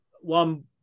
one